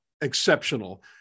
exceptional